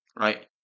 right